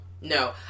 No